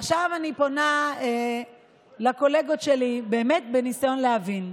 עכשיו אני פונה לקולגות שלי, באמת בניסיון להבין.